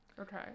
Okay